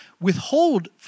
withhold